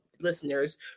Listeners